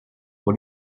pour